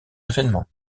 événements